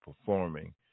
performing